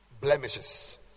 blemishes